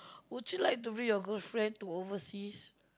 would you like to bring your girlfriend to overseas